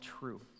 true